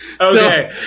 Okay